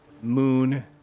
moon